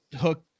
hook